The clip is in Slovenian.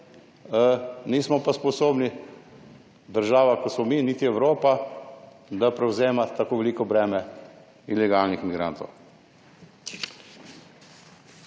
Nismo pa sposobni država, ko smo mi, niti Evropa, da prevzema tako veliko breme ilegalnih migrantov.